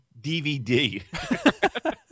DVD